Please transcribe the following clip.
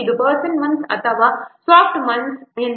ಇದು person months ಅಥವಾ staff ಮಂತ್ಸ್ಗಳಲ್ಲಿ ಇದೆ